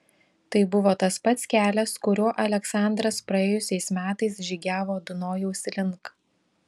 tai buvo tas pats kelias kuriuo aleksandras praėjusiais metais žygiavo dunojaus link